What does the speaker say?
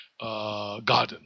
garden